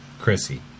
Chrissy